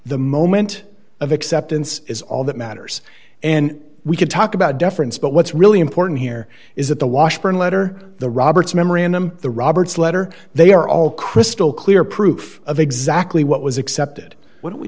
the moment of acceptance is all that matters and we could talk about deference but what's really important here is that the washburn letter the roberts memorandum the roberts letter they are all crystal clear proof of exactly what was accepted what we